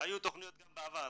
היו תכניות גם בעבר,